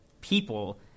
people